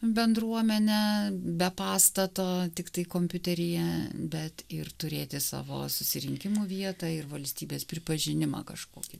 bendruomene be pastato tiktai kompiuteryje bet ir turėti savo susirinkimų vietą ir valstybės pripažinimą kažkokį